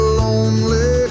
lonely